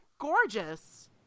Gorgeous